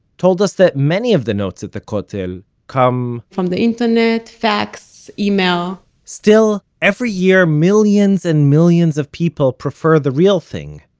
told us that many of the notes at the kotel come, from the internet, fax, email still, every year millions and millions of people prefer the real thing,